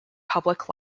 public